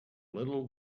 little